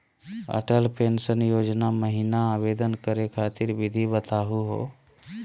Atal pension योजना महिना आवेदन करै खातिर विधि बताहु हो?